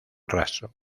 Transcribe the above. raso